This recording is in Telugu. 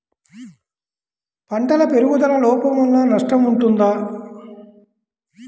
పంటల పెరుగుదల లోపం వలన నష్టము ఉంటుందా?